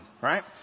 right